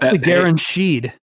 guaranteed